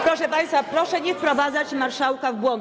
Proszę państwa, proszę nie wprowadzać marszałka w błąd.